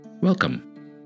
Welcome